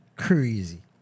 Crazy